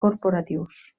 corporatius